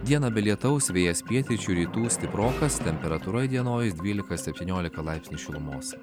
dieną be lietaus vėjas pietryčių rytų stiprokas temperatūra įdienojus dvylika septyniolika laipsnių šilumos